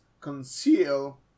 Conceal